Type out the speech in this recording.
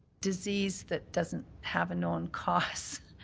disease that doesn't have a known cause,